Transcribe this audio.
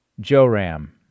Joram